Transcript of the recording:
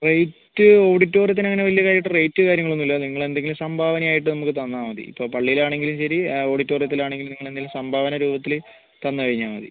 rate ഓഡിറ്റോറിയത്തിന് അങ്ങനെ വലിയ കാര്യമായിട്ട് റേറ്റ് കാര്യങ്ങളൊന്നുമില്ല നിങ്ങൾ എന്തെങ്കിലും സംഭാവന ആയിട്ട് നമുക്ക് തന്നാൽ മതി ഇപ്പോൾ പള്ളിയിൽ ആണെങ്കിലും ശരി ഓഡിറ്റോറിയത്തിൽ ആണെങ്കിലും നിങ്ങൾ എന്തെങ്കിലും സംഭാവന രൂപത്തിൽ തന്നുകഴിഞ്ഞാൽ മതി